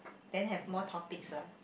then have more topics lah